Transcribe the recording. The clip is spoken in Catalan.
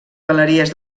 galeries